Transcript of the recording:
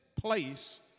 place